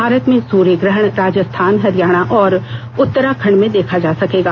भारत में सूर्य ग्रहण राजस्थान हरियाणा और उ ताराखंड में देखा जा सकेगा